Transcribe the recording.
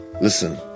listen